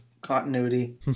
continuity